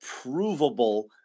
provable